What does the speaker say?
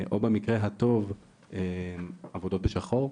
או במקרה הטוב עבודות בשחור,